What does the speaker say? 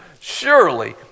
surely